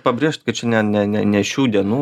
pabrėžt kad čia ne ne ne šių dienų